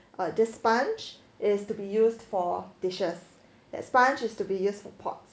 the sponge is to be used for dishes that sponge is to be used for pots